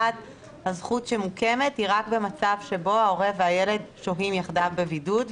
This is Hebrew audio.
הזכות שמוקמת היא רק במצב שבו ההורה והילד שוהים יחדיו בבידוד,